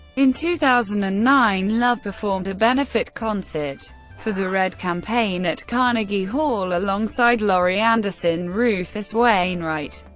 in two thousand and nine, love performed a benefit concert for the red campaign at carnegie hall alongside laurie anderson, rufus wainwright,